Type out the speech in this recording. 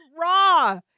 raw